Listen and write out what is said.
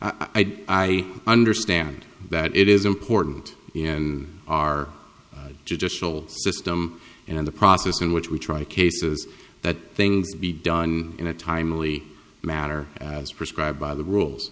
do i understand that it is important in our judicial system in the process in which we try cases that things be done in a timely matter as prescribed by the rules